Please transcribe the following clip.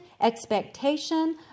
expectation